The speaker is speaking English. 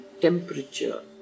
temperature